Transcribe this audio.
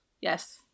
Yes